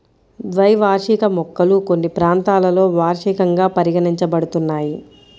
ద్వైవార్షిక మొక్కలు కొన్ని ప్రాంతాలలో వార్షికంగా పరిగణించబడుతున్నాయి